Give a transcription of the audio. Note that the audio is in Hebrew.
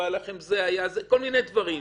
כל מיני דברים,